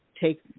take